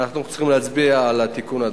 אדוני היושב-ראש, אנחנו צריכים להצביע על התיקון.